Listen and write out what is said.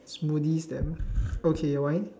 smoothie stand okay why